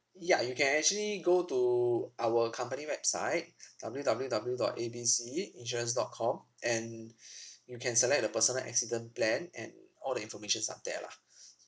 ya you can actually go to our company website W W W dot A B C insurance dot com and you can select the personal accident plan and all the information is up there lah